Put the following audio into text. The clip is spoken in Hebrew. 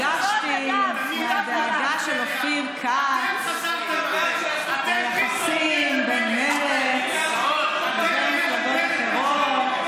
כמה התרגשתי מהדאגה של אופיר כץ ליחסים בין מרצ ובין מפלגות אחרות.